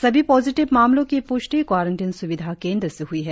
सभी पॉजिटिव मामलों की प्ष्टि क्वारंटिन स्विधा केंद्र से हुई है